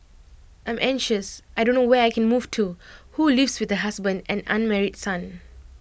I'm anxious I don't know where I can move to who lives with her husband and unmarried son